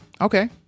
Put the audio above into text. Okay